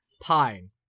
Pine